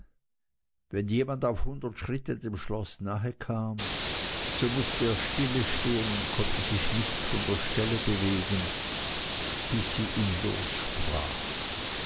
wenn jemand auf hundert schritte dem schloß nahekam so mußte er stille stehen und konnte sich nicht von der stelle bewegen bis sie ihn lossprach